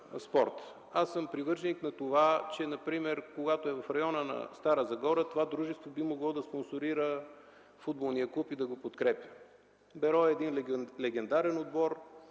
спорта. Привърженик съм на това, че когато, например, е в района на Стара Загора, това дружество би могло да спонсорира футболния клуб и да го подкрепя. „Берое” е един легендарен отбор.